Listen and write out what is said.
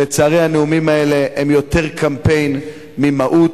לצערי, הנאומים האלה הם יותר קמפיין ממהות.